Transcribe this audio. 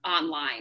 online